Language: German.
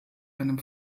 einem